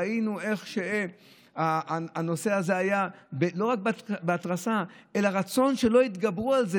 ראינו איך שהנושא הזה היה לא רק בהתרסה אלא רצון שלא יתגברו על זה,